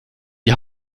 die